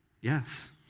Yes